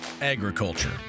agriculture